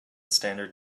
standard